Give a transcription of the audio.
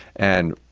and,